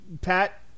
Pat